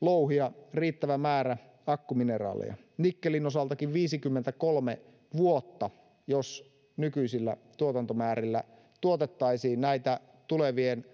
louhia riittävä määrä akkumineraalia nikkelin osaltakin viisikymmentäkolme vuotta jos nykyisillä tuotantomäärillä tuotettaisiin näitä tulevien